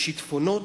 לשיטפונות.